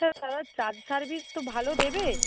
charge service তো ভালো দেবে